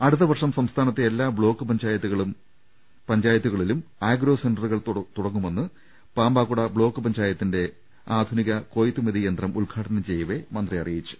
അടുത്തവർഷം സംസ്ഥാനത്തെ എല്ലാ ബ്ലോക്ക് പഞ്ചായത്തുകളിലും ആഗ്രോ സെന്ററുകൾ തുടങ്ങുമെന്ന് പാമ്പാക്കുട ബ്ലോക്ക് പഞ്ചായത്തിന്റെ ആധുനിക കൊയ്ത്തു മെതി യന്ത്രം ഉദ്ഘാടനം ചെയ്യവെ മന്ത്രി അറിയിച്ചു